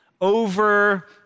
over